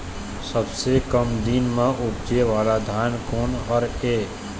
सबसे कम दिन म उपजे वाला धान कोन हर ये?